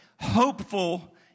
hopeful